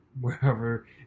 wherever